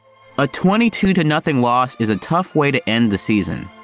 a twenty two to nothing loss is a tough way to end the season.